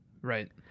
Right